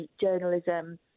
journalism